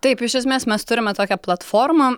taip iš esmės mes turime tokią platformą